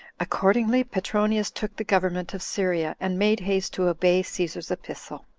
accordingly, petronius took the government of syria, and made haste to obey caesar's epistle.